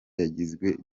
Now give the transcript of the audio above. yagizwe